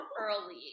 early